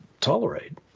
tolerate